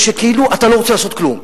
שכאילו אתה לא רוצה לעשות כלום,